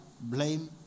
blame